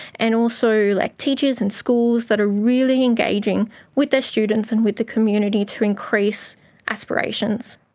and also like teachers and schools that are really engaging with their students and with the community to increase aspirations.